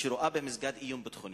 שרואה במסגד איום ביטחוני.